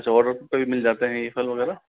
अच्छा और पर भी मिल जाते हैं यह फल वगैरह